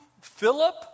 Philip